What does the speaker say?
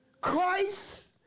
Christ